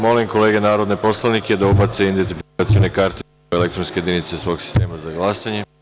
Molim kolege narodne poslanike da ubace identifikacione kartice u elektronske jedinice svog sistema za glasanje.